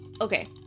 okay